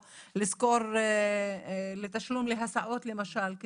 או לשכור תשלום להסעות למשל,